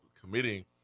committing